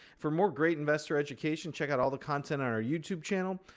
for more great investor education, check out all the content on our youtube channel.